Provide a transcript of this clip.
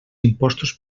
impostos